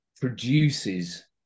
produces